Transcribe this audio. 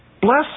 Bless